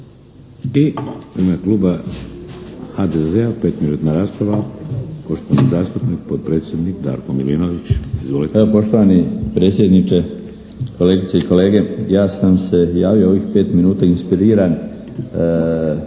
I u ime Kluba HDZ-a 5-minutna rasprava poštovani zastupnik potpredsjednik Darko Milinović. Izvolite. **Milinović, Darko (HDZ)** Poštovani predsjedniče, kolegice i kolege ja sam se javio ovih 5 minuta inspiriran